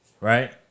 Right